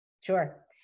Sure